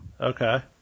Okay